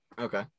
Okay